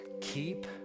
Keep